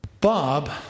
Bob